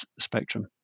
spectrum